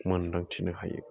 मोन्दांथिनो हायो